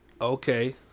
okay